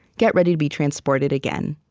get ready to be transported again